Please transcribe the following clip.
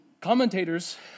Commentators